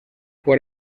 por